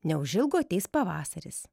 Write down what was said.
neužilgo ateis pavasaris